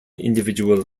individual